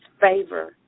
favor